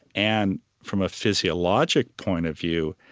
and from a physiologic point of view,